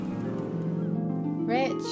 Rich